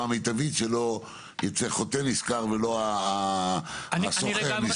המיטבית שלא ייצא חוטא נשכר ולא השוכר נשכר.